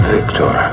Victor